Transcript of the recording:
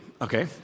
Okay